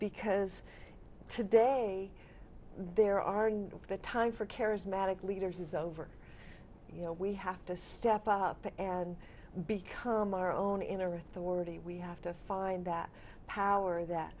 because today there are no time for charismatic leaders is over you know we have to step up and become our own inner authority we have to find that power that